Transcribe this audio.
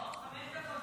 לא, חמש דקות.